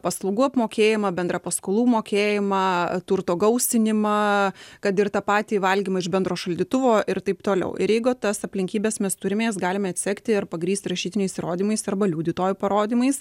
paslaugų apmokėjimą bendrą paskolų mokėjimą turto gausinimą kad ir tą patį valgymą iš bendro šaldytuvo ir taip toliau ir jeigu tas aplinkybes mes turime jas galime atsekti ir pagrįsti rašytiniais įrodymais arba liudytojų parodymais